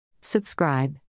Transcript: Subscribe